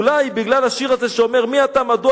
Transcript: אולי בגלל השיר הזה שאומר "מי אתה?/ מדוע